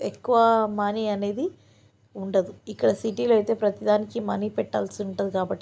ఎక్కువ మనీ అనేది ఉండదు ఇక్కడ సిటీలో అయితే ప్రతీ దానికి మనీ పెట్టాల్సి ఉంటుంది కాబట్టి